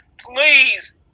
Please